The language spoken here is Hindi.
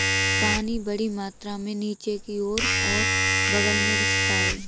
पानी बड़ी मात्रा में नीचे की ओर और बग़ल में रिसता है